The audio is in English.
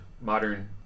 modern